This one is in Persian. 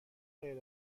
غیر